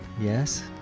yes